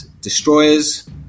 destroyers